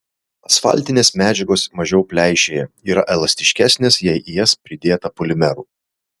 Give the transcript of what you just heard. asfaltinės medžiagos mažiau pleišėja yra elastiškesnės jei į jas pridėta polimerų